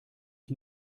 ich